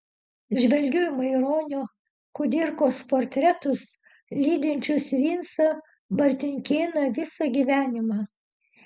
žvelgiu į maironio kudirkos portretus lydinčius vincą martinkėną visą gyvenimą